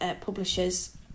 Publishers